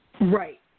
Right